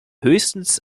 höchstens